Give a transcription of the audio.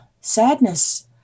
sadness